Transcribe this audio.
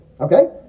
Okay